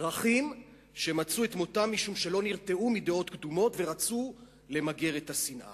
פרחים שמצאו את מותם משום שלא נרתעו מדעות קדומות ורצו למגר את השנאה.